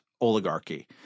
oligarchy